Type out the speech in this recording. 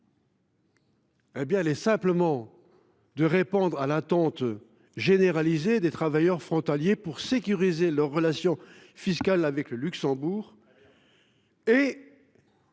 convention ? Tout simplement répondre à l’attente généralisée des travailleurs frontaliers pour sécuriser leurs relations fiscales avec le Luxembourg.